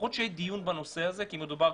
לפחות שיהיה דיון בנושא הזה כי מדובר,